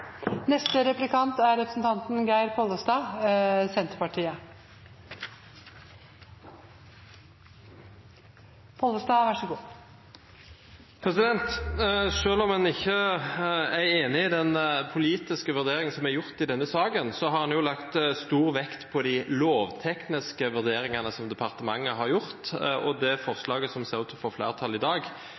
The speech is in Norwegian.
om en ikke er enig i den politiske vurderingen som er gjort i denne saken, har en jo lagt stor vekt på de lovtekniske vurderingene som departementet har gjort, og det forslaget som ser ut til å få flertall i dag,